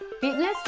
fitness